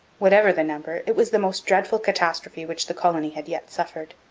whatever the number, it was the most dreadful catastrophe which the colony had yet suffered.